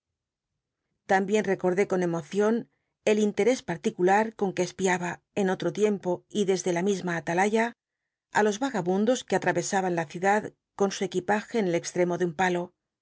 tambien r ccordé con emocion el interés particular con que espiaba en otro lie po y desde la misma atalaya á los vagabundos que atrayesaban la ciudad con su equipaje en el cxtremo de un palo